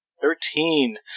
Thirteen